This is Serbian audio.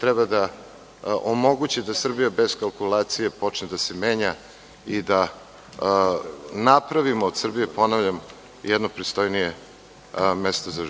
treba da omoguće da Srbija bez kalkulacije počne da se menja i da napravimo od Srbije, ponavljam, jedno pristojnije mesto za